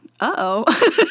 uh-oh